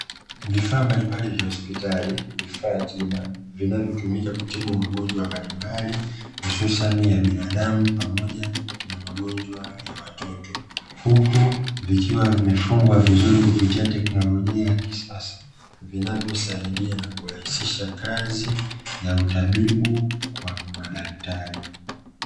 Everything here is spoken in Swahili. Vifaa mbalimbali vya hospitali, vifaa tiba vinavyotumika kutibu magonjwa mbalimbali hususani ya binadamu pamoja na magonjwa ya watoto, huku vikiwa vimefungwa vizuri kupitia teknolojia ya kisasa, vinavyosaidia kurahisisha kazi ya utabibu wa madaktari.